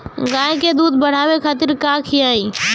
गाय के दूध बढ़ावे खातिर का खियायिं?